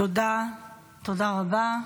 תודה רבה.